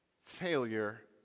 Failure